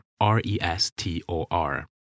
R-E-S-T-O-R